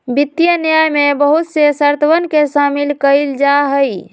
वित्तीय न्याय में बहुत से शर्तवन के शामिल कइल जाहई